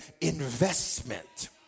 investment